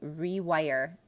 rewire